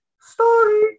story